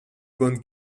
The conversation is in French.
bon